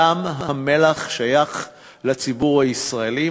ים-המלח שייך לציבור הישראלי.